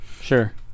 Sure